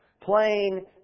plain